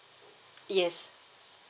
yes